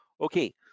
Okay